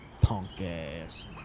punk-ass